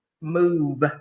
move